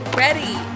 ready